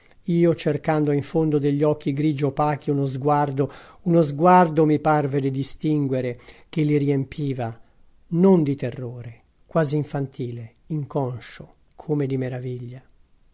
io cercando in fondo degli occhi grigio opachi uno sguardo uno sguardo mi parve di distinguere che li riempiva non di terrore quasi infantile inconscio come di meraviglia